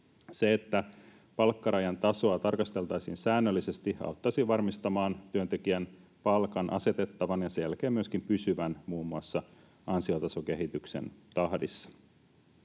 Se, että palkkarajan tasoa tarkasteltaisiin säännöllisesti, auttaisi varmistamaan työntekijän palkan asetettavan muun muassa ansiotasokehityksen tahtiin